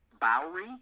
Bowery